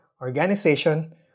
organization